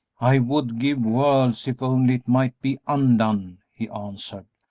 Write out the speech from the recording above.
i would give worlds if only it might be undone, he answered,